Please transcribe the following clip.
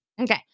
Okay